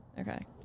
Okay